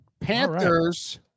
Panthers